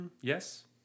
yes